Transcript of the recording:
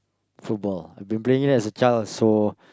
football I've been playing that as a child so